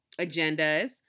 agendas